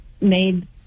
made